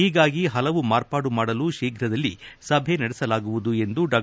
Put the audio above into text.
ಹೀಗಾಗಿ ಹಲವು ಮಾರ್ಪಾಡು ಮಾಡಲು ಶೀಘ್ರದಲ್ಲಿ ಸಭೆ ನಡೆಸಲಾಗುವುದು ಎಂದು ಡಾ